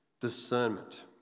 discernment